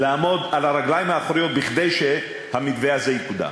לעמוד על הרגליים האחוריות כדי שהמתווה הזה יקודם.